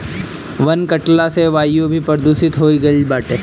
वन कटला से वायु भी प्रदूषित हो गईल बाटे